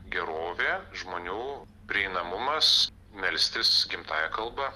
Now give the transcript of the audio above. gerovė žmonių prieinamumas melstis gimtąja kalba